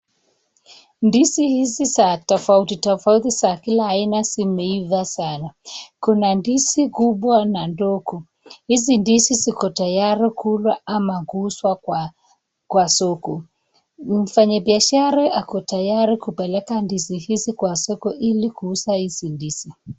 Ndizi hizi za tofauti tofauti za kila aina zimeiva sana. Kuna ndizi kubwa na ndogo. Hizi ndizi ziko tayari kulwa ama kuuzwa kwa soko. Mfanyibiashara ako tayari kupeleka ndizi hizi kwa soko ili kuuza hizi ndizi.